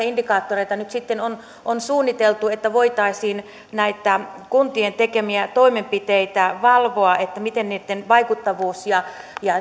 indikaattoreita nyt sitten on on suunniteltu että voitaisiin näitä kuntien tekemiä toimenpiteitä valvoa miten niiden vaikuttavuus ja